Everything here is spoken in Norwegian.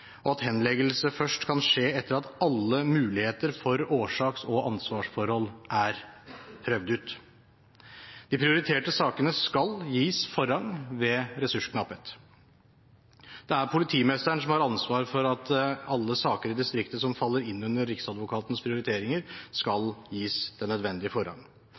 og at henleggelse først kan skje etter at alle muligheter for årsaks- og ansvarsforhold er prøvd ut. De prioriterte sakene skal gis forrang ved ressursknapphet. Politimesteren har ansvar for at alle saker i distriktet som faller inn under Riksadvokatens prioriteringer, skal gis den nødvendige